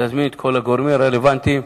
ולהזמין את כל הגורמים הרלוונטיים.